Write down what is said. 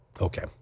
okay